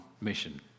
mission